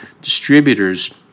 distributors